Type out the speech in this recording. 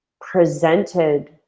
presented